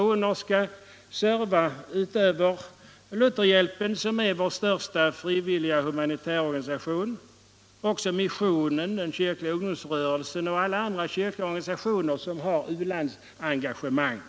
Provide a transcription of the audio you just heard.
inte bara skall serva Lutherhjälpen, som är vår största frivilliga humanitära organisation, utan också missionen, den kyrkliga ungdomsrörelsen och alla andra kyrkliga organisationer som har u-landsengagemang.